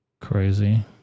Crazy